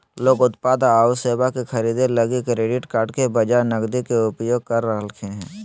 लोग उत्पाद आऊ सेवा के खरीदे लगी क्रेडिट कार्ड के बजाए नकदी के उपयोग कर रहलखिन हें